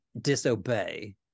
disobey